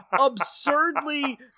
absurdly